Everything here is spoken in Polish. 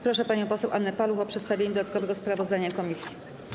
Proszę panią poseł Annę Paluch o przedstawienie dodatkowego sprawozdania komisji.